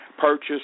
purchase